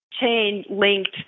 chain-linked